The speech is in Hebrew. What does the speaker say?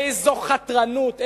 איזו חתרנות.